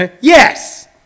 Yes